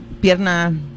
pierna